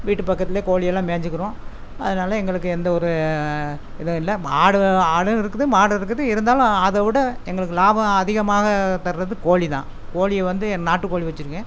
வீட்டு பக்கத்திலே கோழி எல்லாம் மேஞ்சுக்கிரும் அதனால எங்களுக்கு எந்த ஒரு இதுவும் இல்லை மாடு ஆடும் இருக்குது மாடு இருக்குது இருந்தாலும் அதை விட எங்களுக்கு லாபம் அதிகமாக தர்றது கோழி தான் கோழிய வந்து நாட்டுக்கோழி வெச்சுருக்கேன்